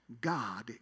God